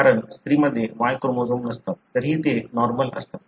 कारण स्त्रीमध्ये Y chromosome नसतात तरीही ते नॉर्मल असतात